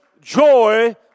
joy